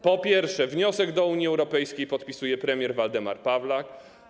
Po pierwsze, wniosek do Unii Europejskiej podpisuje premier Waldemar Pawlak.